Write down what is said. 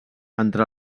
entre